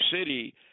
City